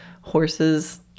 horses